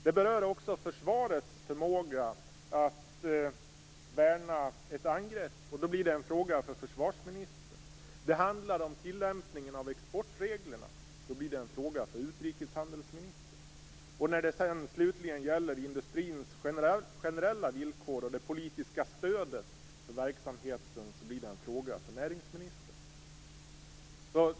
Det berör också försvarets förmåga att avvärja ett angrepp, och då blir det en fråga för försvarsministern. Det handlar om tillämpningen av exportreglerna, och då blir det en fråga för utrikeshandelsministern. När det slutligen gäller industrins generella villkor och det politiska stödet för verksamheten, blir det en fråga för näringsministern.